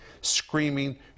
screaming